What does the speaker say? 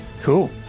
Cool